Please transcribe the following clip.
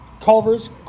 Culver's